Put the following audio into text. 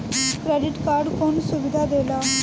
Credit card कौन सुबिधा देला?